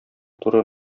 туры